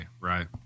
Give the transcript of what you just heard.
Right